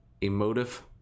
emotive